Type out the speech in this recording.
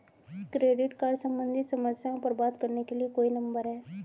Credit card सम्बंधित समस्याओं पर बात करने के लिए कोई नंबर है?